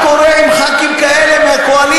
מה קורה עם חברי כנסת כאלה מהקואליציה,